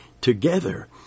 together